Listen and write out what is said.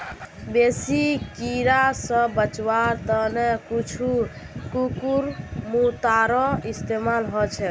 बेसी कीरा स बचवार त न कुछू कुकुरमुत्तारो इस्तमाल ह छेक